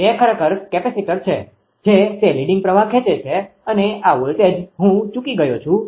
તે ખરેખર કેપેસિટર છે જે તે લીડીંગ પ્રવાહ ખેંચે છે અને આ વોલ્ટેજ હું ચૂકી ગયો છું